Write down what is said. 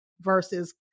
versus